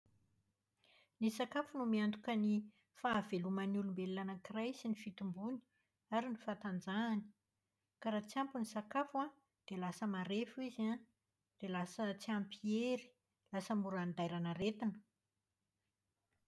Ny sakafo no miantoka ny fahaveloman'ny olombelon anakiray sy ny fitomboany ary ny fahatanjahany. Ka raha tsy ampy ny sakafo an, dia lasa marefo izy an, dia lasa tsy ampy hery; lasa mora andairan'aretina.